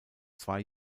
zwei